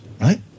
right